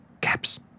Caps